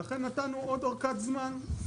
לכן נתנו עוד ארכת זמן.